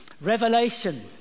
Revelation